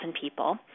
people